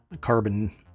carbon